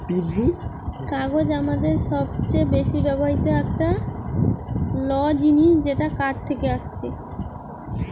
কাগজ আমাদের সবচে বেশি ব্যবহৃত একটা ল জিনিস যেটা কাঠ থেকে আসছে